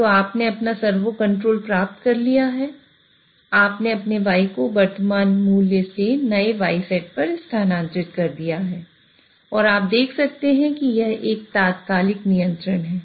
तो आपने अपना सर्वो कंट्रोल प्राप्त कर लिया है आपने अपने y को वर्तमान मूल्य से नए ysetपर स्थानांतरित कर दिया है और आप देख सकते हैं कि यह एक तात्कालिक नियंत्रण है